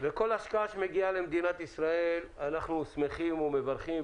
כל השקעה שמגיעה למדינת ישראל אנחנו שמחים ומברכים,